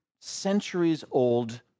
centuries-old